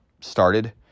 started